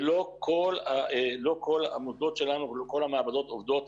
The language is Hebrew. ולא כל המוסדות שלנו ולא כל המעבדות עובדות